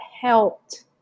helped